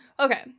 Okay